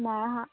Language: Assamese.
নাই অহা